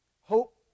Hope